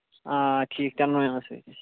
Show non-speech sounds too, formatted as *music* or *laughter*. آ ٹھیٖک *unintelligible*